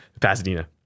Pasadena